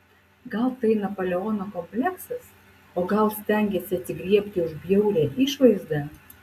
gal tai napoleono kompleksas o gal stengiasi atsigriebti už bjaurią išvaizdą